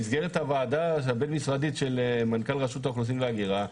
במסגרת הוועדה הבין-משרדית של מנכ"ל רשות האוכלוסין וההגירה,